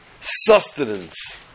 Sustenance